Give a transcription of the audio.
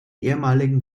ehemaligen